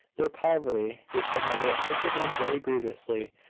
their poverty, which had never afflicted them very grievously,